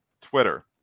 twitter